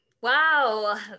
Wow